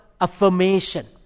affirmation